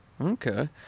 Okay